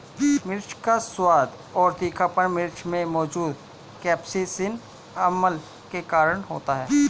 मिर्च का स्वाद और तीखापन मिर्च में मौजूद कप्सिसिन अम्ल के कारण होता है